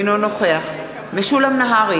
אינו נוכח משולם נהרי,